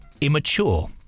immature